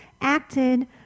acted